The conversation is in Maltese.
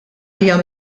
hija